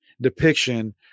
depiction